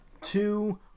two